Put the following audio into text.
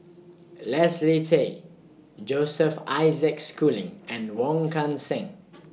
Leslie Tay Joseph Isaac Schooling and Wong Kan Seng